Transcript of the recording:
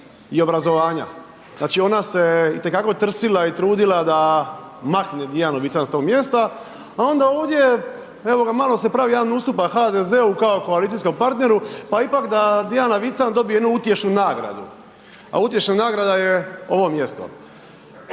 i obrazovanja. Znači ona se itekako trsila i trudila da makne Dijanu Vican s tog mjesta, a onda ovdje, evo ga malo se pravi jedan ustupak HDZ-u kao koalicijsku partneru, pa ipak da Dijana Vican dobije jednu utješnu nagradu. A utješna nagrada je ovo mjesto.